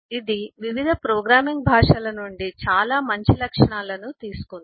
ఇది వివిధ ప్రోగ్రామింగ్ భాషల నుండి చాలా మంచి లక్షణాలను తీసుకుంది